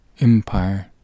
empire